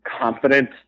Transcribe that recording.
confident